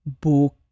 book